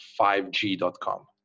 5g.com